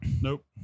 Nope